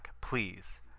please